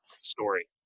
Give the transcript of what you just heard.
story